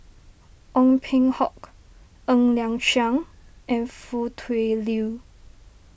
Ong Peng Hock Ng Liang Chiang and Foo Tui Liew